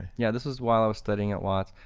yeah, this is while i was studying at watts.